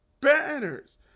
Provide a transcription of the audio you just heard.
banners